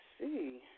see